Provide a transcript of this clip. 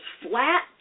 flat